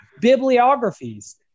bibliographies